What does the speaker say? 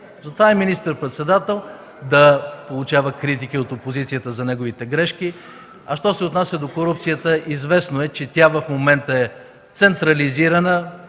Затова е министър-председател, да получава критики от опозицията за неговите грешки. Що се отнася до корупцията – известно е, че тя в момента е централизирана